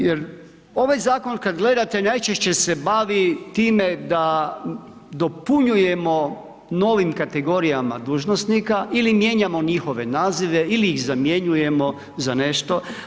Jer ovaj zakon kad gledate najčešće se bavi time da dopunjujemo novim kategorijama dužnosnika ili mijenjamo njihove nazive ili iz zamjenjujemo za nešto.